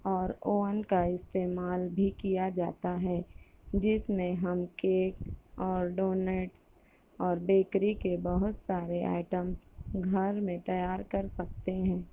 اور اوون کا استعمال بھی کیا جاتا ہے جس میں ہم کیک اور ڈونیٹس اور بیکری کے بہت سارے آئٹمس گھر میں تیار کر سکتے ہیں